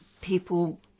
People